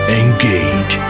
engage